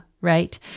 Right